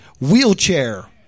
Wheelchair